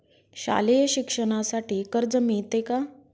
शालेय शिक्षणासाठी कर्ज मिळते का?